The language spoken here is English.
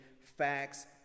facts